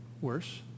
worse